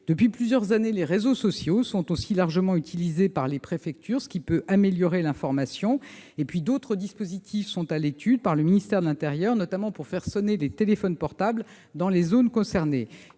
Depuis plusieurs années, les réseaux sociaux sont aussi largement utilisés par les préfectures, ce qui peut améliorer l'information. Par ailleurs, d'autres dispositifs sont à l'étude par le ministère de l'intérieur, notamment pour faire sonner les téléphones portables dans les zones en cause.